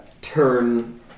turn